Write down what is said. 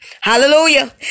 Hallelujah